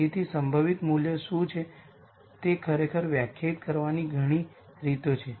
તેથી સંભવિત મૂલ્ય શું છે તે ખરેખર વ્યાખ્યાયિત કરવાની ઘણી રીતો છે